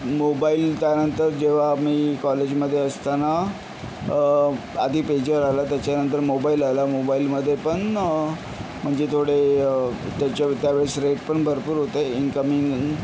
mobile त्यानंतर जेव्हा मी कॉलेजमध्ये असताना आधी पेजर आला त्याच्यानंतर मोबाईल आला मोबाईलमध्ये पण म्हणजे थोडे त्याच्यावे त्यावेळेस रेट पण भरपूर होते इन्कमिंग इंग